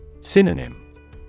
Synonym